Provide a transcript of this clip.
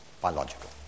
biological